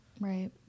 right